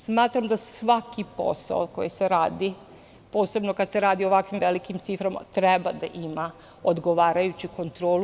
Smatram da svaki posao koji se radi, posebno kada se radi o ovako velikim ciframa, treba da ima odgovarajuću kontrolu.